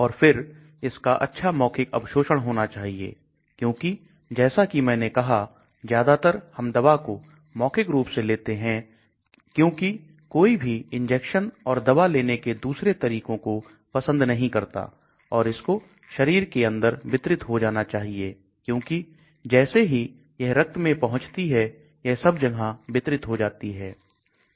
और फिर इसका अच्छा मौखिक अवशोषण होना चाहिए क्योंकि जैसा कि मैंने कहा ज्यादातर हम दवा को मौखिक रूप से लेते हैं क्योंकि कोई भी इंजेक्शन और दवा लेने के दूसरे तरीकों को पसंद नहीं करता और इसको शरीर के अंदर वितरित हो जाना चाहिए क्योंकि जैसे ही यह रक्त में पहुंचती है यह सब जगह वितरित हो जाती है